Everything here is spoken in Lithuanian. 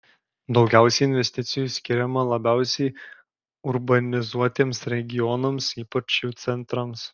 daugiausiai investicijų skiriama labiausiai urbanizuotiems regionams ypač jų centrams